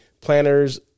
planners